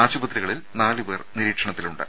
ആശുപത്രികളിൽ നാലുപേർ നിരീക്ഷണത്തിലുണ്ട്